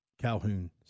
Calhoun